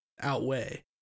outweigh